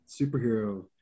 Superhero